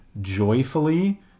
joyfully